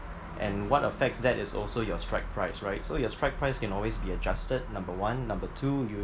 and what affects that is also your strike price right so your strike price can always be adjusted number one number two you